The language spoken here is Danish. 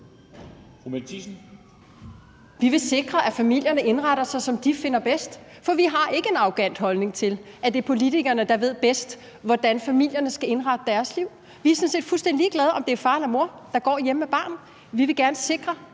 Vi vil sikre, at familierne indretter sig, som de finder bedst. For vi har ikke en arrogant holdning til, at det er politikerne, der bedst ved, hvordan familierne skal indrette deres liv. Vi er sådan set fuldstændig ligeglade med, om det er far eller mor, der går hjemme med barnet. Vi vil gerne sikre,